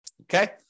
Okay